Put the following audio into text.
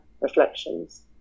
reflections